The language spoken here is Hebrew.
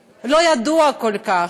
ידוע כל כך.